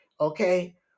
okay